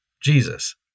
jesus